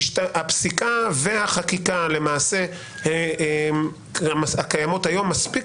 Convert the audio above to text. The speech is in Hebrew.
הפסיקה והחקיקה שקיימות היום מספיק